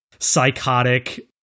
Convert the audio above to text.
psychotic